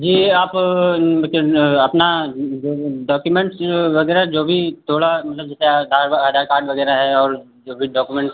जी आप अपना जो डॉकुमेंट्स वग़ैरह जो भी थोड़ा मतलब जैसे आधार व आधार कार्ड वग़ैरह है और जो भी डॉकमेंट्स